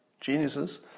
Geniuses